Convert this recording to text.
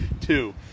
Two